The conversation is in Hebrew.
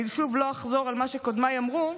אני לא אחזור שוב על מה שקודמיי אמרו,